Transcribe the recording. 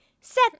set